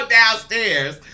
downstairs